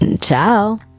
ciao